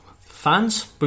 fans